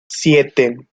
siete